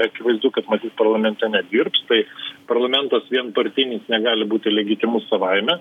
akivaizdu kad matyt parlamente nedirbs tai parlamentas vienpartinis negali būti legitimus savaime